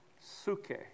suke